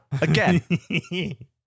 again